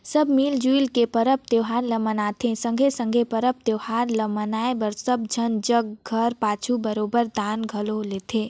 सब मिल जुइल के परब तिहार ल मनाथें संघे संघे परब तिहार ल मनाए बर सब झन जग घर पाछू बरोबेर दान घलो लेथें